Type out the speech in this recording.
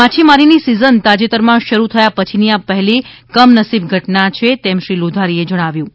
માછીમારીની season તાજેતરમાં શરૂ થયા પછીની આ પહેલી કમનસીબ ઘટના છે તેમ શ્રી લોધારીએ ઉમેર્યું હતું